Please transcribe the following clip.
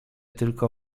tylko